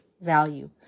value